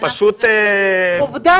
הם נותנים לנו עובדות --- עובדה